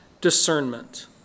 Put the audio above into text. discernment